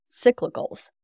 cyclicals